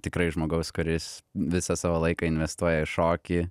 tikrai žmogaus kuris visą savo laiką investuoja į šokį